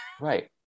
Right